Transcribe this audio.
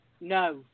No